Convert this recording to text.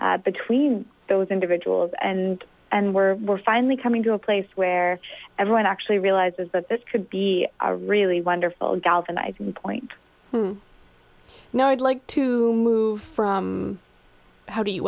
between those individuals and and we're we're finally coming to a place where everyone actually realizes that this could be a really wonderful galvanizing point now i'd like to move from how do